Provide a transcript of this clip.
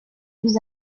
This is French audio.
vous